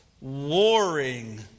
Warring